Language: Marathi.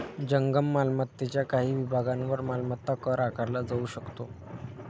जंगम मालमत्तेच्या काही विभागांवर मालमत्ता कर आकारला जाऊ शकतो